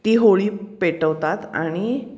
ती होळी पेटवतात आणि